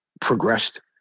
progressed